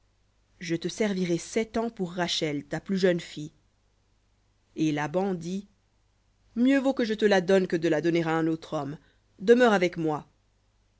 je te servirai sept ans pour rachel ta plus jeune fille et laban dit mieux vaut que je te la donne que de la donner à un autre homme demeure avec moi